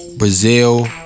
Brazil